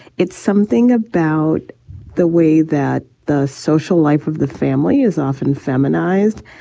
it's something about the way that the social life of the family is often feminized.